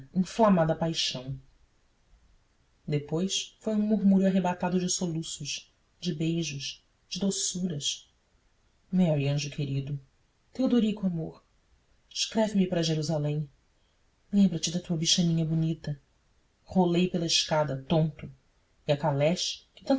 inflamada paixão depois foi um murmúrio arrebatado de soluços de beijos de doçuras mary anjo querido teodorico amor escreve-me para jerusalém lembra-te da tua bichaninha bonita rolei pela escada tonto e a caleche que